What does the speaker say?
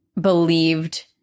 believed